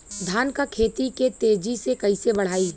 धान क खेती के तेजी से कइसे बढ़ाई?